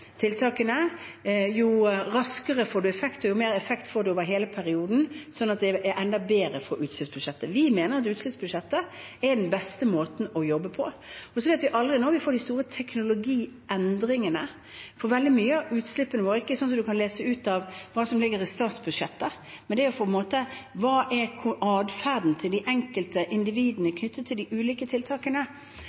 tiltakene, jo raskere får det effekt, og jo mer effekt får det over hele perioden, slik at det er enda bedre for utslippsbudsjettet. Vi mener at utslippsbudsjettet er den beste måten å jobbe på. Så vet vi aldri når vi får de store teknologiendringene. Veldig mye av utslippene våre er ikke noe man kan lese ut fra det som ligger i statsbudsjettet, men ut fra hva som er atferden til de enkelte individene knyttet til de ulike tiltakene.